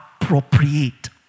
appropriate